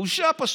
בושה, פשוט.